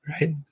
Right